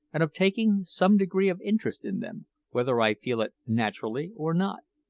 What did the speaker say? and of taking some degree of interest in them whether i feel it naturally or not.